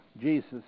Jesus